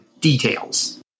details